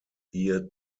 ihr